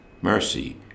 mercy